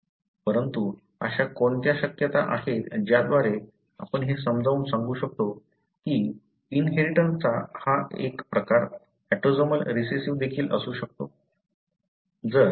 परंतु अशा कोणत्या शक्यता आहेत ज्याद्वारे आपण हे समजावून सांगू शकतो की इनहेरिटन्सचा हा प्रकार एक ऑटोसोमल रिसेसिव्ह देखील असू शकतो